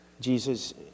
Jesus